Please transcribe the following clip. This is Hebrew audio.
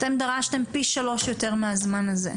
אתם דרשתם פי שלוש יותר מהזמן הזה.